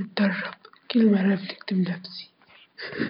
وكلها راحة، وبتكون صحية هلبا.